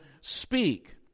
speak